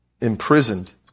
Imprisoned